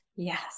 Yes